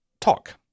talk